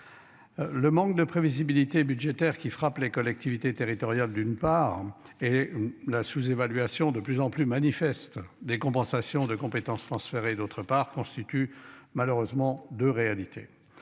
Le manque de prévisibilité budgétaire qui frappe les collectivités territoriales, d'une part et la sous-évaluation de plus en plus manifeste des compensations de compétences. D'autre part constitue malheureusement de réalité